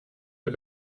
der